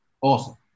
awesome